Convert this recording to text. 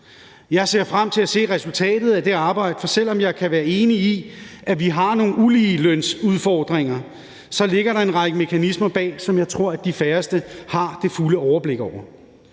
Jeg ser frem til at se resultatet af det arbejde, for selv om jeg kan være enig i, at vi har nogle uligelønsudfordringer, så ligger der en række mekanismer bag, som jeg tror de færreste har det fulde overblik over.